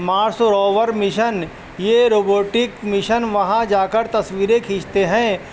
مارس rover mission یہ robotic mission وہاں جا کر تصویریں کھینچتے ہیں